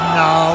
no